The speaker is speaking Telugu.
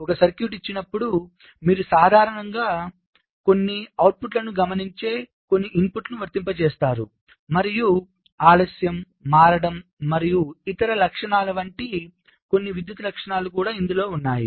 ఒక సర్క్యూట్ ఇచ్చినప్పుడు మీరు సాధారణంగా మీరు కొన్ని అవుట్పుట్లను గమనించే కొన్ని ఇన్పుట్లను వర్తింపజేస్తారు మరియు ఆలస్యం మారడం మరియు ఇతర లక్షణాలు వంటి కొన్ని విద్యుత్ లక్షణాలు కూడా ఉన్నాయి